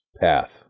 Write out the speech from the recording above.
path